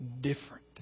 different